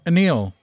Anil